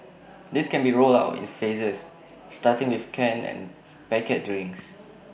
this can be rolled out in phases starting with canned and packet drinks